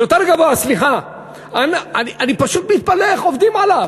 אני פשוט מתפלא איך עובדים עליו.